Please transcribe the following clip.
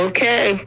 Okay